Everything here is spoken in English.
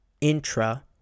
intra